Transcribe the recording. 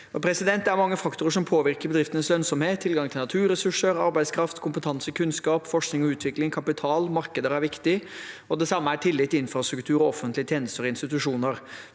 flere. Det er mange faktorer som påvirker bedriftenes lønnsomhet. Tilgang til naturressurser, arbeidskraft, kompetanse, kunnskap, forskning og utvikling, kapital og markeder er viktig, og det samme er tillit, infrastruktur og offentlige tjenester og institusjoner.